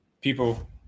People